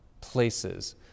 places